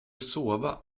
sova